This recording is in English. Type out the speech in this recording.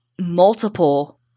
multiple